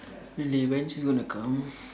really when's she going to come